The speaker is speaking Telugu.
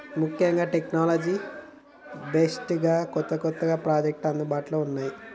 ముఖ్యంగా టెక్నాలజీ బేస్డ్ గా కొత్త కొత్త ప్రాజెక్టులు అందుబాటులో ఉన్నాయి